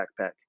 backpack